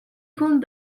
хүн